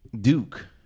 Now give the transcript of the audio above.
Duke